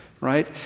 right